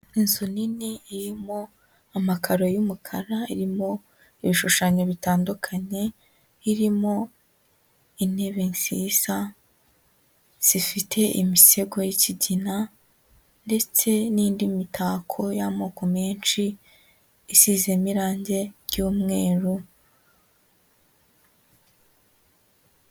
Inzu nini irimo amakaro y'umukara, irimo ibishushanyo bitandukanye, irimo intebe nziza zifite imisego y'ikigina, ndetse n'indi mitako y'amoko menshi isizemo irangi ry'umweru.